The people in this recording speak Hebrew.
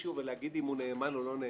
מישהו ולהגיד אם הוא נאמן או לא נאמן.